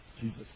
Jesus